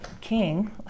king